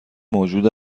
موجود